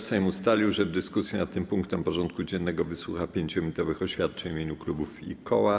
Sejm ustalił, że w dyskusji nad tym punktem porządku dziennego wysłucha 5-minutowych oświadczeń w imieniu klubów i koła.